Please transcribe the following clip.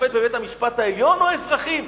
השופט בבית-המשפט העליון או האזרחים?